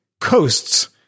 coasts